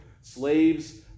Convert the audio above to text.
Slaves